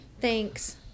Thanks